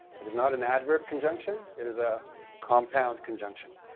it is not an adverb conjunction, it is a compound conjunction.